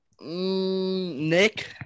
Nick